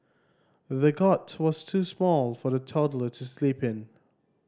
the cot was too small for the toddler to sleep in